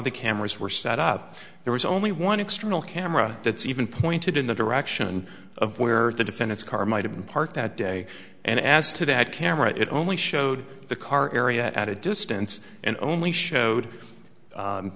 the cameras were set up there was only one external camera that's even pointed in the direction of where the defend its car might have been parked that day and as to that camera it only showed the car area at a distance and only showed